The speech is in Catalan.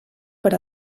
per